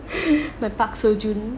my park seo joon<